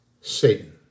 Satan